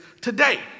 today